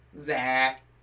Zach